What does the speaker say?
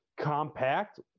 compact